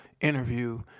interview